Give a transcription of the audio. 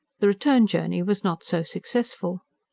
the return journey was not so successful.